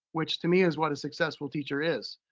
which to me is what a successful teacher is.